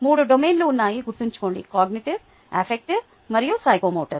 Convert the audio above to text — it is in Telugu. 3 డొమైన్లు ఉన్నాయని గుర్తుంచుకోండి కాగ్నిటివ్ ఎఫెక్టివ్ మరియు సైకోమోటర్